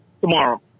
Tomorrow